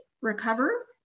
Recover